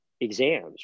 exams